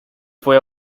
fue